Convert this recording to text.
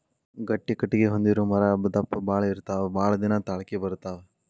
ಗಟ್ಟಿ ಕಟಗಿ ಹೊಂದಿರು ಮರಾ ದಪ್ಪ ಬಾಳ ಇರತಾವ ಬಾಳದಿನಾ ತಾಳಕಿ ಬರತಾವ